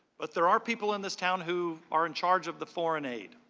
but there are people in this town who are in charge of the foreign aid.